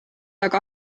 aga